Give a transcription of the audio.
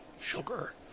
sugar